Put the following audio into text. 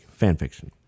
fanfiction